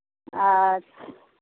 आ